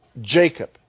Jacob